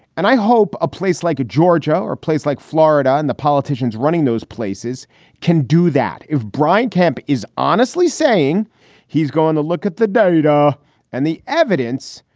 and i hope a place like georgia or place like florida. and the politicians running those places can do that. if brian camp is honestly saying he's going to look at the data and the evidence,